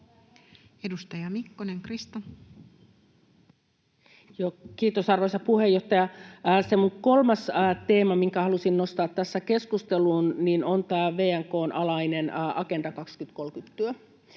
Edustaja Mikkonen, Krista. Kiitos, arvoisa puheenjohtaja! Se kolmas teema, minkä halusin nostaa tässä keskusteluun, on tämä VNK:n alainen Agenda 2030.